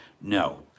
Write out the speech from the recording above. No